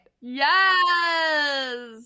Yes